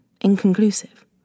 inconclusive